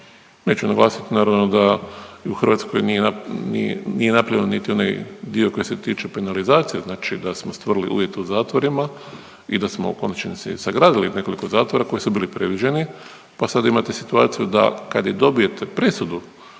Neću naglasiti naravno da i u Hrvatskoj nije napravljen niti onaj dio koji se tiče penalizacije. Znači da smo stvorili uvjete u zatvorima i da smo u konačnici sagradili nekoliko zatvora koji su bili predviđeni, pa sada imate situaciju da kad i dobijete presudu